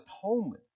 atonement